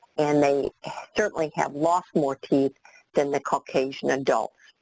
and they certainly have lost more teeth than the caucasian adults.